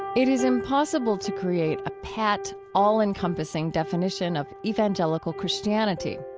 it is impossible to create a pat, all-encompassing definition of evangelical christianity.